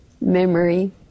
memory